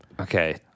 Okay